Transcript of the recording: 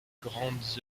grandes